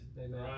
Amen